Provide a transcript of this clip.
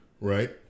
right